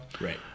Right